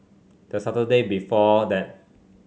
the Saturday before that